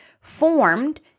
formed